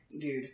dude